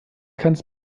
kannst